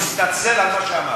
תתנצל על מה שאמרת.